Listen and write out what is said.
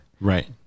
right